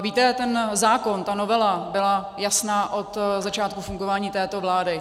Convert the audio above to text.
Víte, ten zákon, ta novela byla jasná od začátku fungování této vlády.